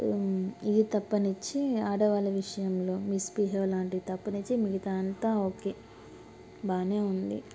ఇది తప్పించి ఆడవాళ్ళ విషయంలో మిస్బిహేవ్ లాంటివి తప్పించి మిగతా అంతా ఓకే బాగానే ఉంది